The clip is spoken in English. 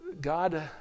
God